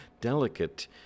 delicate